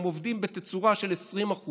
הם עובדים בתצורה של 20%,